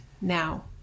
now